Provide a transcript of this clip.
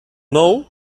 nou